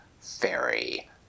fairy